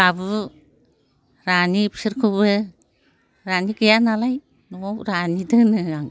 बाबु रानि बिसोरखौबो रानि गैया नालाय रानि दोनो आं